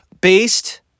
Based